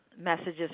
messages